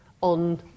on